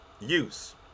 use